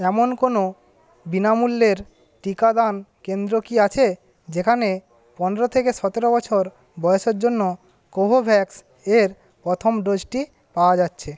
এমন কোনও বিনামূল্যের টিকাদান কেন্দ্র কি আছে যেখানে পনেরো থেকে সতেরো বছর বয়সের জন্য কোভোভ্যাক্স এর প্রথম ডোজটি পাওয়া যাচ্ছে